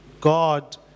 God